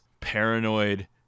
paranoid